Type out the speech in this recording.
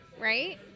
Right